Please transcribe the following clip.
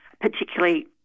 particularly